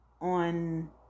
on